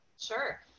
Sure